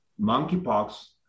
monkeypox